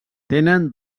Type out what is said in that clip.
tenen